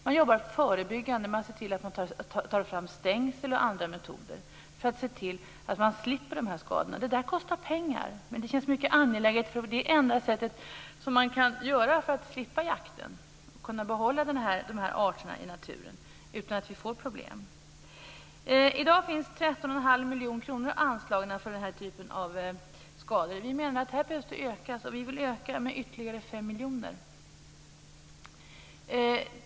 Man jobbar förebyggande och ser till att ta fram stängsel och andra metoder för att slippa de här skadorna. Det kostar pengar, men det känns mycket angeläget. Det är det enda sättet att slippa jakten och att kunna behålla dessa arter i naturen utan att det blir problem. I dag finns det 13 1⁄2 miljoner kronor anslagna för den här typen av skador.